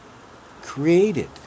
created